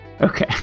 Okay